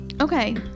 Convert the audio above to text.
Okay